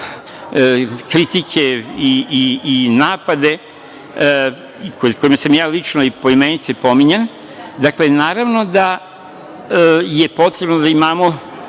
kritike i napade, u kojima sam ja lično i poimence pominjan. Naravno da je potrebno da imamo